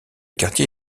quartier